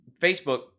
Facebook